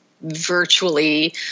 virtually